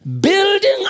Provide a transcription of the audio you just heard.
building